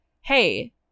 hey